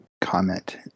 comment